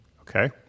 okay